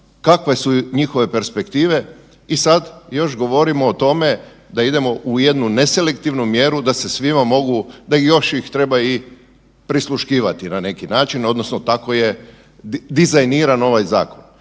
kakve su njihove perspektive i sad još govorimo o tome da idemo u jednu neselektivnu mjeru da se svima mogu da ih još treba i prisluškivati na neki način odnosno tako je dizajniran ovaj zakon.